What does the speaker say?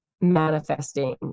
manifesting